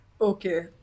Okay